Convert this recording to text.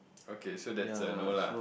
okay so that's a no lah